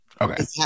Okay